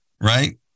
right